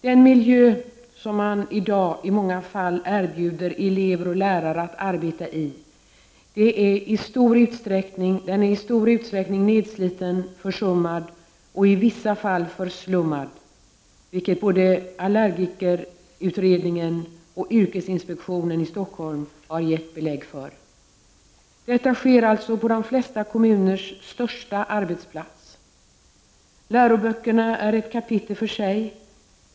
Den miljö som man i dag i många fall erbjuder elever och lärare att arbeta i är i stor utsträckning nedsliten, försummad och i vissa fall förslummad, vilket både allergikerutredningen och yrkesinspektionen i Stockholm har gett belägg för. Så här är det alltså på de flesta kommuners största arbetsplats. Läroböckerna är ett kapitel för sig.